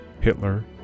Hitler